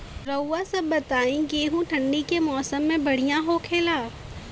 रउआ सभ बताई गेहूँ ठंडी के मौसम में बढ़ियां होखेला?